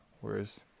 whereas